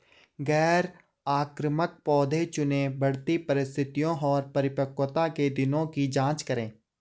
गैर आक्रामक पौधे चुनें, बढ़ती परिस्थितियों और परिपक्वता के दिनों की जाँच करें